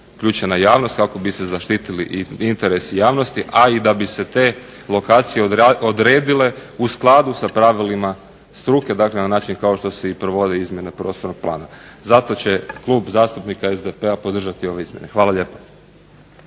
uključena i javnost kako bi se zaštitili i interesi javnosti, a i da bi se te lokacije odredile u skladu sa pravilima struke. Dakle, na način kao što se i provodi izmjena prostornog plana. Zato će Klub zastupnika SDP-a podržati ove izmjene. Hvala lijepa.